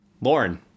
Lauren